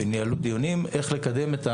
וניהלו דיונים איך לקדם,